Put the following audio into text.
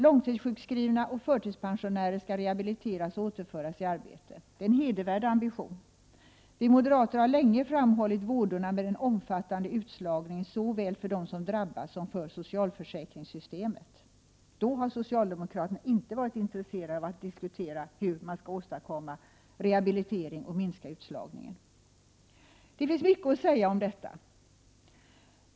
Långtidssjukskrivna och förtidspensionärer skall rehabiliteras och återföras i arbete. Det är en hedervärd ambition. Vi moderater har länge framhållit vådorna med den omfattande utslagningen såväl för dem som drabbas som för socialförsäkringssystemet. Då har socialdemokraterna inte varit intresserade av att diskutera hur man skall åstadkomma rehabilitering och minska utslagningen. Det finns mycket att säga om detta.